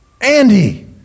Andy